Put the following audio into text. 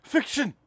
Fiction